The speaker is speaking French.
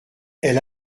elle